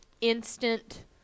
instant